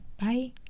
Bye